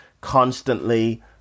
constantly